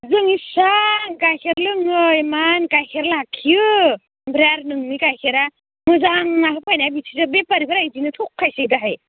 जों इसां गाइखेर लोङो इमान गाइखेर लाखियो ओमफ्राय आरो नोंनि गाइखेरा मोजां होनना होफायनाया बेदिसो बेफारिफोरा इदिनो थखायसोयो दाहाय